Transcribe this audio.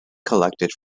collected